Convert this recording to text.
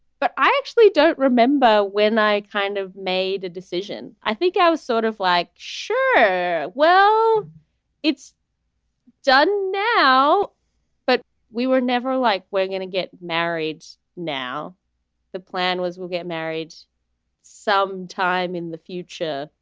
but i actually don't remember when i kind of made a decision i think i was sort of like sure well it's done now but we were never like we're going to get married now the plan was we'll get married sometime in the future.